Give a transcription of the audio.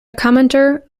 commentator